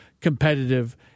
competitive